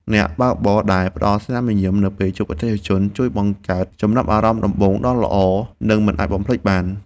អ្នកបើកបរដែលផ្ដល់ស្នាមញញឹមនៅពេលជួបអតិថិជនជួយបង្កើតចំណាប់អារម្មណ៍ដំបូងដ៏ល្អ និងមិនអាចបំភ្លេចបាន។